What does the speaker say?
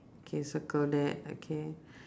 K circle that okay